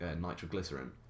nitroglycerin